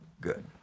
good